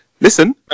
Listen